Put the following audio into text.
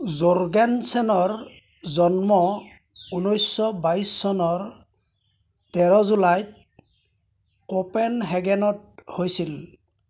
জোৰ্গেনছেনৰ জন্ম ঊনৈছশ বাইছ চনৰ তেৰ জুলাইত কপেনহেগেনত হৈছিল